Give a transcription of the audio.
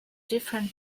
different